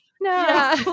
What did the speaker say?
No